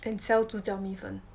and sell 猪脚米粉